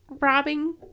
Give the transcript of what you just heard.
robbing